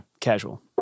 Casual